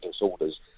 disorders